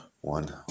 one